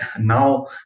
now